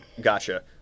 Gotcha